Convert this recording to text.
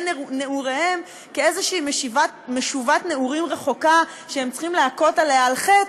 נעוריהם כאיזושהי משובת נעורים רחוקה שהם צריכים להכות עליה על חטא,